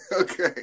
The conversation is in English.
Okay